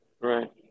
Right